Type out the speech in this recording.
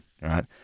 right